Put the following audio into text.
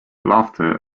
laughter